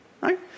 right